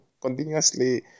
continuously